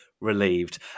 relieved